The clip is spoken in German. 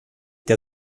der